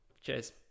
cheers